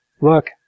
Look